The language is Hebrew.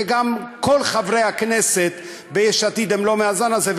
וגם כל חברי הכנסת ביש עתיד הם לא מהזן הזה,